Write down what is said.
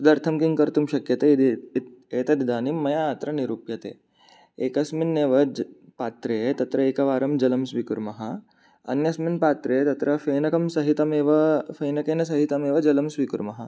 तदर्थं किं कर्तुं शक्यते इति एतद् इदानीं मया अत्र निरूप्यते एकस्मिन्नेव पात्रे तत्र एकवारं जलं स्वीकुर्मः अन्यस्मिन् पात्रे तत्र फेनकं सहितम् एव फेनकेन सहितम् एव जलं स्वीकुर्मः